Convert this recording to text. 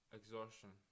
exhaustion